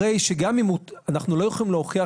הרי שאנחנו לא יכולים להוכיח